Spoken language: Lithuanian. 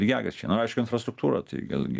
lygiagrečiai nu aišku infrastruktūra tai vėlgi